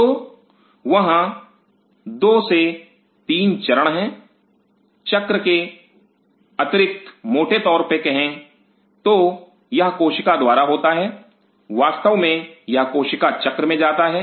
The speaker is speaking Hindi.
तो वहां 2 से 3 चरण हैं चक्र के अतिरिक्त मोटे तौर पर कहें तो यह कोशिका द्वारा होता है वास्तव में यह कोशिका चक्र में जाता है